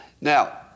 Now